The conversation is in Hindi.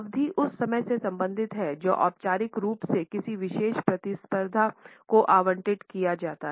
अवधि उस समय से संबंधित है जो औपचारिक रूप से किसी विशेष प्रतिस्पर्धा को आवंटित किया जाता है